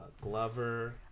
Glover